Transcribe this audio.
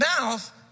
mouth